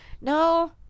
No